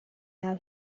now